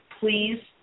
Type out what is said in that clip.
please